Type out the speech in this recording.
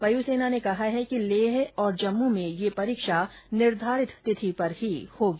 वायुसेना ने कहा है कि लेह और जम्मू में यह परीक्षा निर्धारित तिथि पर ही होगी